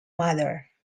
mother